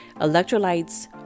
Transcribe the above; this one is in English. Electrolytes